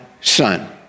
son